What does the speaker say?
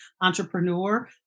entrepreneur